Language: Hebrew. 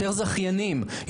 זכיינים,